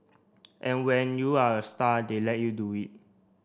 and when you're a star they let you do it